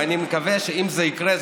ואני מקווה שאם זה יקרה,